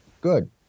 good